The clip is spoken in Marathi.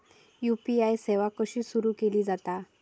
यू.पी.आय सेवा कशी सुरू केली जाता?